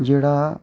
जेह्ड़ा